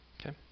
okay